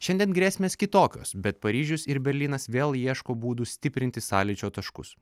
šiandien grėsmės kitokios bet paryžius ir berlynas vėl ieško būdų stiprinti sąlyčio taškus